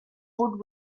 would